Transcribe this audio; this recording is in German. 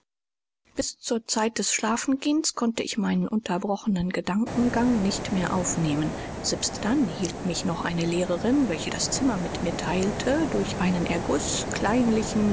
bis zur zeit des schlafengehens konnte ich meinen unterbrochenen gedankengang nicht mehr aufnehmen selbst dann hielt mich noch eine lehrerin welche das zimmer mit mir teilte durch einen erguß kleinlichen